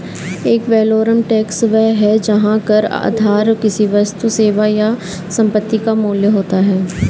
add valorem tax वह है जहां कर आधार किसी वस्तु, सेवा या संपत्ति का मूल्य होता है